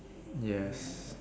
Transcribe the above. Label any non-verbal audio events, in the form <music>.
<noise> yes